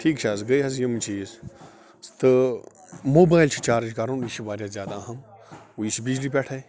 ٹھیٖک چھَ حظ گٔے حظ یِم چیٖز تہٕ موبایل چھُ چارٕج کَرُن یہِ چھُ وارِیاہ زیادٕ اہم یہِ چھُ بجلی پٮ۪ٹھے